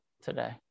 today